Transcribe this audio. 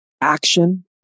Action